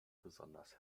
besonders